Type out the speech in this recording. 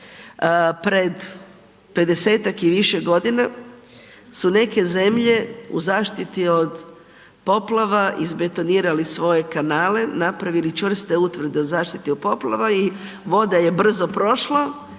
Pred 50-tak i više godina su neke zemlje u zaštiti od poplava izbetonirali svoje kanale, napravili čvrste utvrde od zaštite od poplava i voda je brzo prošla